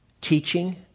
teaching